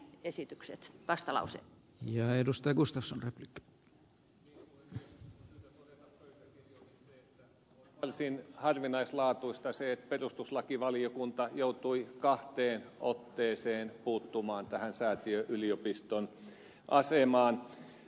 on syytä todeta pöytäkirjoihin se että on varsin harvinaislaatuista se että perustuslakivaliokunta joutui kahteen otteeseen puuttumaan tähän säätiöyliopiston asemaan